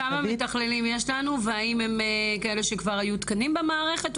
כמה מתכללים יש לנו והאם הם כאלה שכבר היו תקנים במערכת?